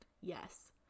Yes